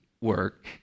work